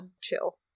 chill